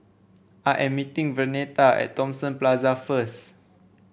I am meeting Vernetta at Thomson Plaza first